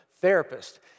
therapist